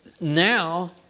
now